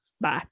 Bye